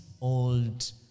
old